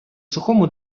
сухому